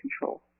control